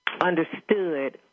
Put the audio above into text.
understood